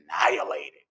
annihilated